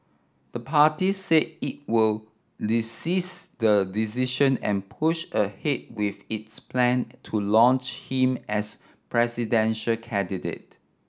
the party said it would resist the decision and push ahead with its plan to launch him as presidential candidate